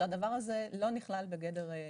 שהדבר הזה לא נכלל בגדר אסון אזרחי.